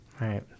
Right